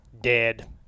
dead